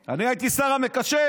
חיסונים, אני הייתי השר המקשר.